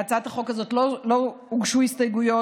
להצעת החוק הזאת לא הוגשו הסתייגויות,